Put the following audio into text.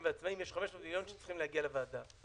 ועצמאים יש 500 מיליון שצריכים להגיע לוועדה.